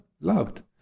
loved